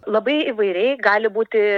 labai įvairiai gali būti